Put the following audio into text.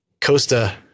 Costa